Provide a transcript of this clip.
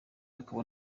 akaba